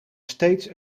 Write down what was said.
steeds